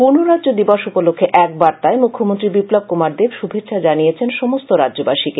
পূর্ণরাজ্য দিবস উপলক্ষে এক বার্তায় মুখ্যমন্ত্রী বিপ্লব কুমার দেব শুভেচ্ছা জানিয়েছেন সমস্ত রাজ্যবাসীকে